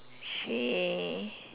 she